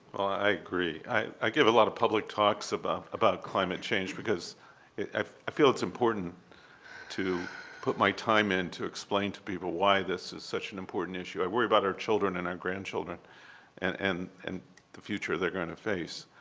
i agree. i give a lot of public talks about about climate change because i feel it's important to put my time in to explain to people why this is such an important issue. i worry about our children and our grandchildren and and and the future they're going to face.